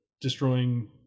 destroying